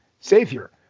Savior